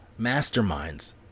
masterminds